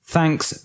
Thanks